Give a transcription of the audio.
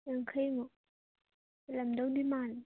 ꯌꯥꯡꯈꯩꯃꯨꯛ ꯍꯦꯟꯂꯝꯗꯧꯗꯤ ꯃꯥꯜꯂꯦ